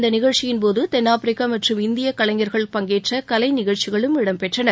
இந்த நிகழ்ச்சியின்போது தென்னாப்பிரிக்க மற்றும் இந்திய கலைஞர்கள் பங்கேற்ற கலை நிகழ்ச்சிகளும் இடம்பெற்றன